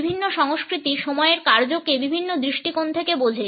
বিভিন্ন সংস্কৃতি সময়ের কার্যকে বিভিন্ন দৃষ্টিকোণ থেকে বোঝে